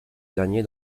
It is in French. dernier